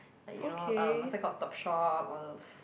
like you know um what's that called Topshop all those